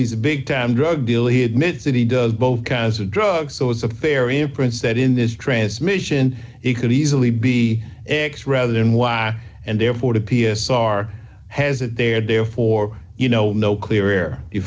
he's a big time drug dealer he admits that he does both kinds of drugs so it's a fair inference that in this transmission it could easily be x rather than y and therefore the p s r has it there therefore you know no clear where you